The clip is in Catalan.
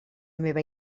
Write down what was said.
meva